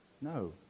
No